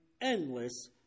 endless